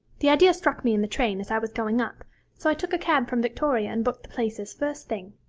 the idea struck me in the train, as i was going up so i took a cab from victoria and booked the places first thing.